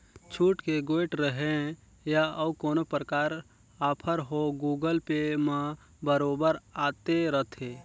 छुट के गोयठ रहें या अउ कोनो परकार आफर हो गुगल पे म बरोबर आते रथे